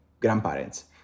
grandparents